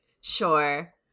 Sure